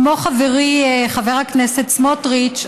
כמו חברי חבר הכנסת סמוטריץ,